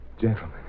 Gentlemen